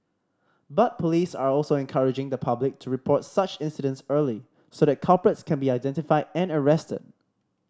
but police are also encouraging the public to report such incidents early so that culprits can be identified and arrested